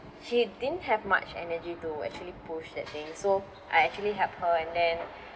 she didn't have much energy to actually push that thing so I actually helped her and then